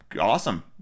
awesome